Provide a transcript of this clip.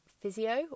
Physio